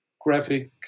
graphic